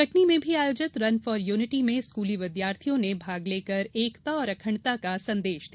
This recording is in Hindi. कटनी में भी आयोजित रन फॉर यूनिटी में स्कूली विद्यार्थियों ने भाग लेकर एकता और अखण्डता का संदेश दिया